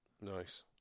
nice